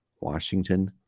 Washington